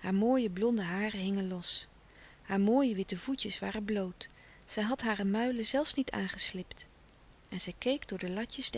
hare mooie blonde haren hingen los hare mooie witte voetjes waren bloot zij had hare muilen zelfs niet aangeslipt en zij keek door de latjes